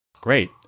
Great